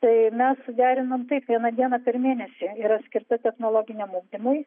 tai mes suderinom taip vieną dieną per mėnesį yra skirta technologiniam ugdymui